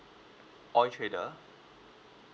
oil trader